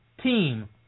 team